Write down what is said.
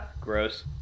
Gross